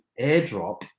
airdrop